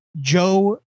Joe